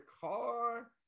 car